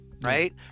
right